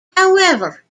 however